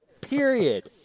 period